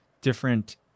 different